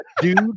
dude